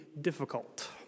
difficult